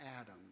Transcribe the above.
Adam